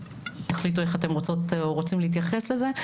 תחליטו איך אתן רוצות או רוצים להתייחס לזה.